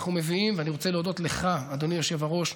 אני רוצה להודות לך, אדוני היושב-ראש,